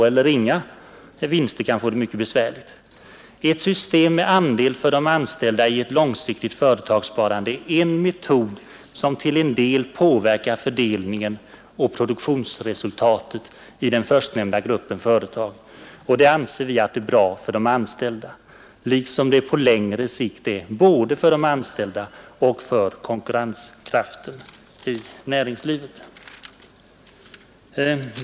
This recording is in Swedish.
Ett system med andel för de anställda i ett långsiktigt företagssparande är en metod som till en del påverkar fördelningen av produktionsresultatet i den förstnämnda gruppen företag. Det anser vi vara bra för de anställda liksom det på längre sikt är bra både för de anställda och för konkurrenskraften i näringslivet.